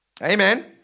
Amen